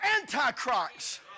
antichrist